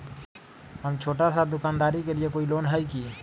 हम छोटा सा दुकानदारी के लिए कोई लोन है कि?